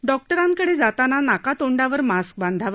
डॉक्टरांकडे जाताना नाकातोंडावर मास्क बांधावा